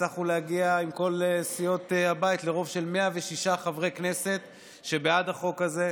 הצלחנו להגיע עם כל סיעות הבית לרוב של 106 חברי כנסת בעד החוק הזה,